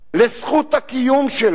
לזכות הקיום שלו.